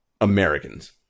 Americans